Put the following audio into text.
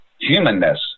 humanness